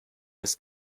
his